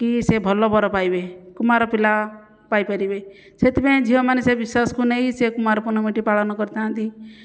କି ସେ ଭଲ ବର ପାଇବେ କୁମାର ପିଲା ପାଇପାରିବେ ସେଥିପାଇଁ ଝିଅମାନେ ସେ ବିଶ୍ଵାସକୁ ନେଇ ସେ କୁମାରପୂର୍ଣ୍ଣିମା ଟି ପାଳନ କରିଥାନ୍ତି